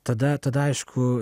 tada tada aišku